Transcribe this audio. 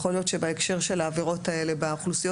יכול להיות שבהקשר העבירות האלה ובאוכלוסיות